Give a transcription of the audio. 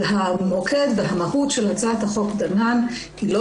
המוקד והמהות של הצעת החוק דנן היא לא